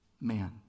man